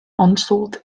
unsought